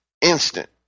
instant